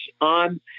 on